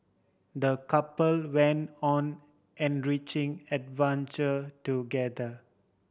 the couple went on enriching adventure together